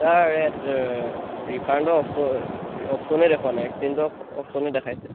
ৰিফাণ্ডৰ অপ অপশ্যনেই দেখুৱা নাই এক্সেঞ্জৰ অপশ্যনে দেখাইছে